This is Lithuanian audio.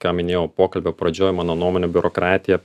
ką minėjau pokalbio pradžioj mano nuomone biurokratija